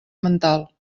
mental